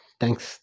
thanks